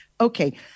Okay